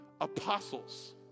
Apostles